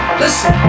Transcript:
listen